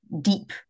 deep